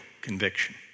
conviction